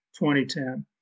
2010